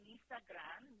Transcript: Instagram